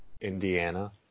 Indiana